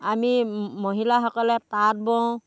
আমি মহিলাসকলে তাঁত বওঁ